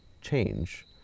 change